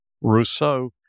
Rousseau